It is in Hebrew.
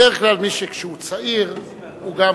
בעיקר כשהם צעירים זה טוב.